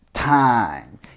Time